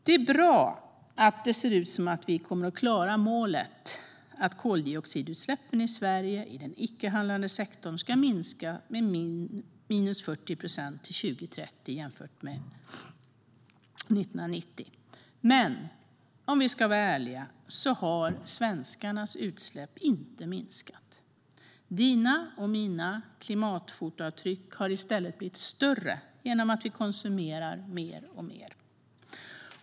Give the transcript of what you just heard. Det är bra att det ser ut som att vi kommer att klara målet att koldioxidutsläppen i Sverige i den icke-handlande sektorn ska minska med 40 procent till 2030 jämfört med 1990. Men om vi ska vara ärliga har svenskarnas utsläpp inte minskat. Dina och mina klimatfotavtryck har i stället blivit större genom att vi konsumerar mer och mer.